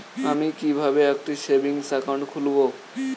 আমি কিভাবে একটি সেভিংস অ্যাকাউন্ট খুলব?